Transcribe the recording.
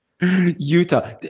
Utah